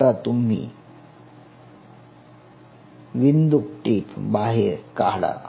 आता तुम्ही विंदुक टीप बाहेर काढा